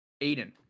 Aiden